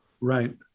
Right